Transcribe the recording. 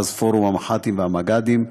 אז פורום המח"טים והמג"דים,